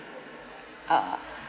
uh